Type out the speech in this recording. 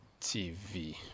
tv